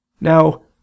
Now